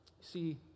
See